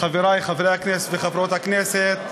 חברי חברי הכנסת וחברות הכנסת,